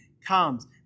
comes